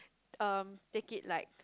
um take it like